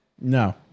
No